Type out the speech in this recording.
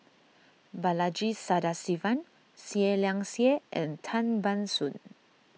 Balaji Sadasivan Seah Liang Seah and Tan Ban Soon